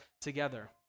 together